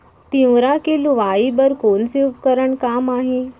तिंवरा के लुआई बर कोन से उपकरण काम आही?